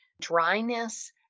dryness